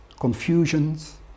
confusions